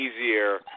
easier